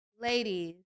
Ladies